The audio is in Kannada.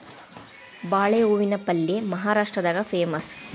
ಬಾಳೆ ಹೂವಿನ ಪಲ್ಯೆ ಮಹಾರಾಷ್ಟ್ರದಾಗ ಪೇಮಸ್